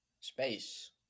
Space